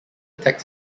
tax